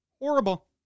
Horrible